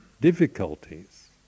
difficulties